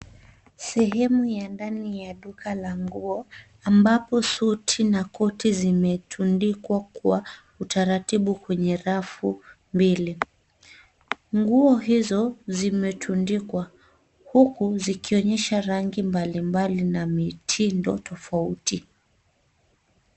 Sehemu ya ndani ya duka la nguo, ambapo suti na koti zimetundikwa kwa utaratibu kwenye rafu mbili. Nguo hizo, zimetundikwa, huku zikionyesha rangi mbalimbali na mitindo tofauti.